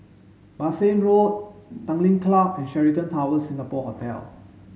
Bassein Road Tanglin Club and Sheraton Towers Singapore Hotel